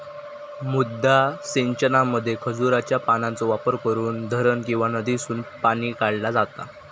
मुद्दा सिंचनामध्ये खजुराच्या पानांचो वापर करून धरण किंवा नदीसून पाणी काढला जाता